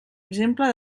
exemple